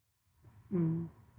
mm